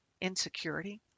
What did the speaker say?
insecurity